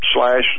slash